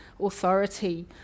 authority